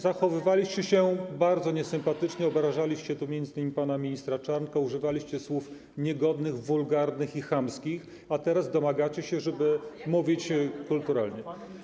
Zachowywaliście się bardzo niesympatycznie, obrażaliście tu m.in. pana ministra Czarnka, używaliście słów niegodnych, wulgarnych i chamskich, a teraz domagacie się, żeby mówić kulturalnie.